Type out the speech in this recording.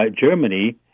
Germany